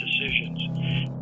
decisions